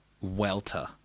welter